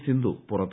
സിന്ധു പുറത്ത്